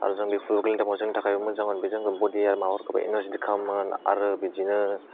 आरो जोंनि जोंनि थाखाय मोजां मोन बेजों बडिया माबाखौ इनारजिटिक खालामो आरोना आरो बिदिनो